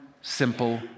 simple